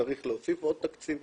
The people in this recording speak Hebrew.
שצריך להוסיף עוד תקציבים.